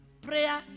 Prayer